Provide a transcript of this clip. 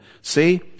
See